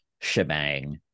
shebang